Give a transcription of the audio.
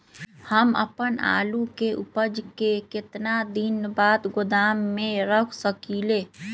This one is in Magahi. हम अपन आलू के ऊपज के केतना दिन बाद गोदाम में रख सकींले?